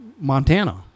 montana